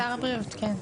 שר הבריאות, כן.